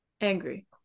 Angry